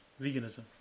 veganism